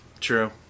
True